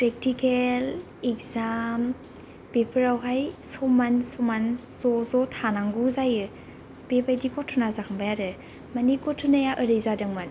practical exam बेफोरावहाय समान समान ज' ज' थानांगौ जायो बेबायदि गथ'ना जाखांबाय आरो मानि गथ'नाया ओरै जादोंमोन